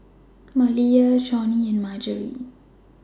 Maliyah Shawnee and Margery